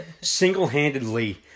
single-handedly